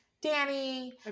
Danny